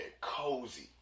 cozy